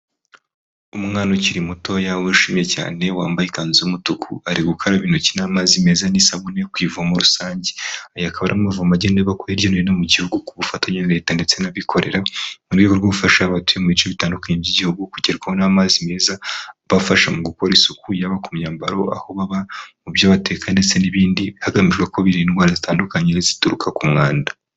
Umwana ukiri mutoya wishimye cyane wambaye ikanzu y'umutuku ari gukaraba intoki n'amazi meza n'isabune yo ku ivumo rusange akaba arimo amavomo agenne ko hirya no hino mu gihugu ku bufatanye na leta ndetse n'abikorera kuru'uru rwo gufasha abatuye mu bice bitandukanye by'igihugu kugerwaho n'amazi meza abafasha mu gukora isuku yaba ku myambaro, aho baba, mu byo bateka ndetse n'ibindi hagamijwe ko birinda indwara zitandukanye zituruka ku mwanda.